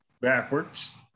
backwards